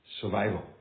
survival